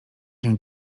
się